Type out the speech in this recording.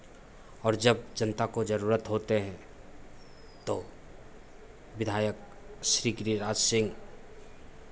और जब जनता को ज़रूरत होते हैं तो विधायक श्री गिरिराज सिंह